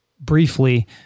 briefly